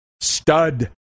stud